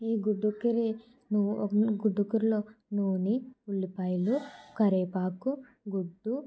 ఈ గుడ్డు కర్రీ ను గుడ్డు కూరలో నూనె ఉల్లిపాయలు కరివెపాకు గుడ్డు